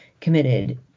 committed